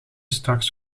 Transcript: straks